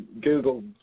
Google